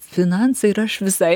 finansai ir aš visai